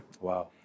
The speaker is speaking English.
Wow